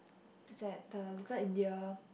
it's at the Little India